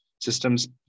systems